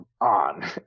on